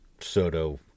soto